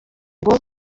ngo